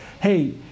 hey